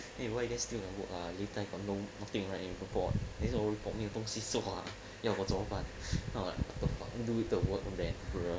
eh why you guys steal my work ah later I got no nothing to write for report 等一下我没有东西做啊要我怎么办 then I was like what the fuck do the work then bruh